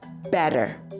better